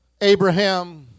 Abraham